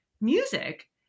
music